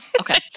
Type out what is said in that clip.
Okay